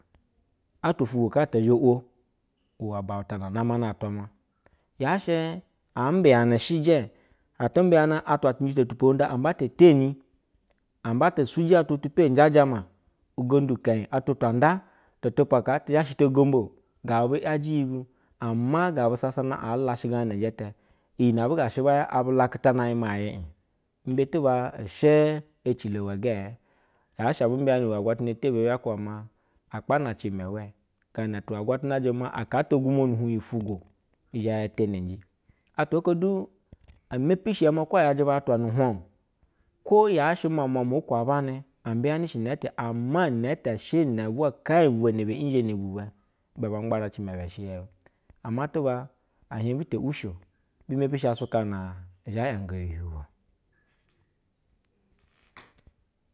Atwa ufwogwo kaa te zhe wo iwɛ ubauta na namanɛ atwamwa. Yaa shɛ aa mbeyanɛ ijɛ, atɛ mbeyanɛ atwa benjɛ to tupohonʒdo ambata teni. Ambata suji atwa tu pe njɛ ajamə ugondu ukenyɛ atwa tu anda tu tupa kaa te zha shi to gombo o. Gabu yajɛ iyi bu ama gabu sasana aa lashɛganan ije tɛ. Iyi ne abu gashe baya abu laketana ij maa yɛ i-j imbe tuba ishɛ icilo iwe gɛɛ? Yaa shɛ abu mbɛyanɛ iwe agwatana tebiye bi zhe na ti iwɛ agwatana jemɛ maa, aka ata gwumwanu hug iyi. Ifwugwo zhe ya teneji. Atwa oko du emepi shi yaa maa kwo a yajɛ atwa nunhwa o. Kwo yaa shɛ ine ɛtɛ o. Ama inel ɛtɛ shɛ bwɛ kanye bwa nɛ bee nyizhe ne evwi ubwa, ibɛ baa ngbane maa ibɛ shɛ yeu. Ama tuba ɛ hiɛj bi te wi shi o bi mepi shi aswuka na zhe yango uhinihiu buo